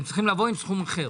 אתם צריכים לבוא עם סכום אחר.